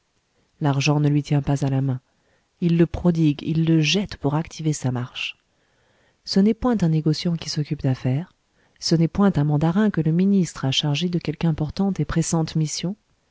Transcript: l'argent ne lui tient pas à la main il le prodigue il le jette pour activer sa marche ce n'est point un négociant qui s'occupe d'affaires ce n'est point un mandarin que le ministre a chargé de quelque importante et pressante mission